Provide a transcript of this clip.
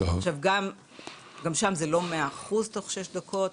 גם שם זה לא 100% בתוך שש דקות,